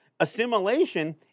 Assimilation